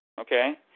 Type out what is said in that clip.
Okay